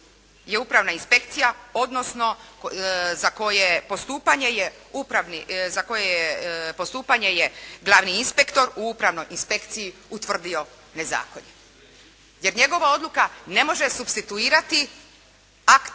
je upravna inspekcija, odnosno za koje postupanje je glavni inspektor u upravnoj inspekciji utvrdio nezakonje? Jer njegova odluka ne može supstituirati akt